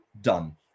done